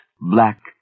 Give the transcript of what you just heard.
black